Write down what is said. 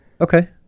Okay